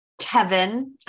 Kevin